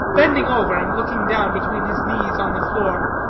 bending over, and looking down between his knees on the floor,